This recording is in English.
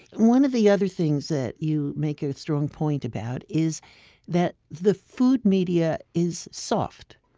one of the other things that you make a strong point about is that the food media is soft